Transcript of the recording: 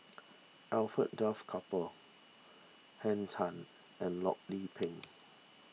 Alfred Duff Cooper Henn Tan and Loh Lik Peng